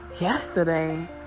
Yesterday